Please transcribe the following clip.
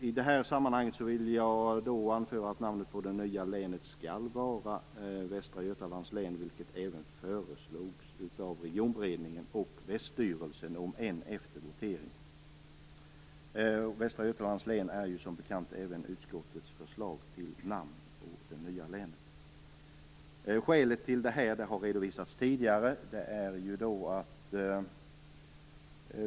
I det här sammanhanget vill jag anföra att namnet på det nya länet skall vara Västra Götalands län, vilket även föreslogs av Regionutredningen och länsstyrelsen - om än efter votering. Västra Götalands län är, som bekant, även utskottets förslag till namn på det nya länet. Skälet till detta har redovisats tidigare.